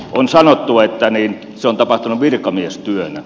on sanottu että se on tapahtunut virkamiestyönä